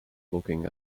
looking